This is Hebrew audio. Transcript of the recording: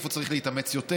איפה צריך להתאמץ יותר.